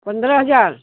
पंद्रह हज़ार